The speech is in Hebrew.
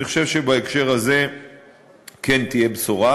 אז אני חושב שבהקשר הזה כן תהיה בשורה.